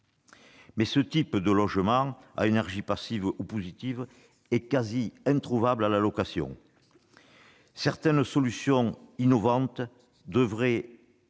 un tel logement à énergie passive ou positive est quasi introuvable à la location. Certaines solutions innovantes devraient